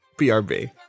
BRB